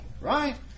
right